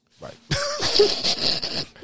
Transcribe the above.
Right